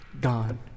gone